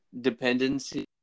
dependency